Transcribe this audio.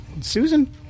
Susan